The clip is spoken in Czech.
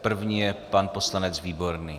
První je pan poslanec Výborný.